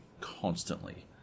constantly